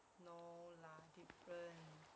no lah different